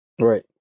right